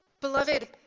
Beloved